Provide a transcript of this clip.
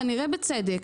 כנראה בצדק,